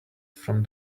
from